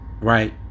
Right